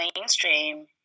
mainstream